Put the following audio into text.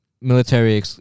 military